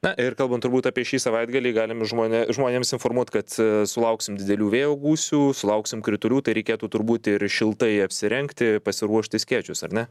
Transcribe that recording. na ir kalbant turbūt apie šį savaitgalį galim žmonė žmonėms informuot kad sulauksim didelių vėjo gūsių sulauksim kritulių tai reikėtų turbūt ir šiltai apsirengti pasiruošti skėčius ar ne